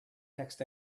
text